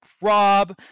Rob